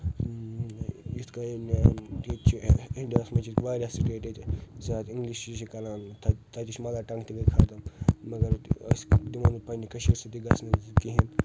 ٲں یِتھ کٔنۍ ٲں ییٚتہِ چھِ انٛڈیا ہس منٛز چھِ ییٚتہِ واریاہ سٹیٹ ییٚتہِ زیادٕ انٛگلشٕے چھِ کران تتِچۍ مَدرٹنٛگ تہِ گٔے ختٕم مگر أسۍ دمو نہٕ پننہِ کشیٖرِ سۭتۍ یہِ گژھنہٕ کہیٖنۍ